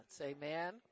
Amen